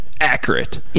accurate